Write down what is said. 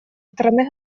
стороны